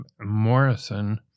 Morrison